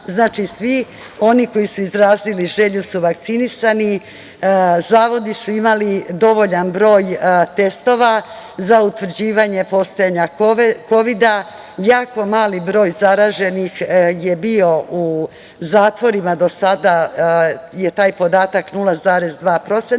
Znači, svi oni koji su izrazili želju su vakcinisani. Zavodi su imali dovoljan broj testova za utvrđivanje postojanja Kovida. Jako mali broj zaraženih je bio u zatvorima. Do sada je taj podatak 0,2%